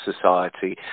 Society